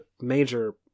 major